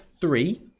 three